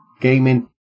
gaming